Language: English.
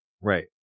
Right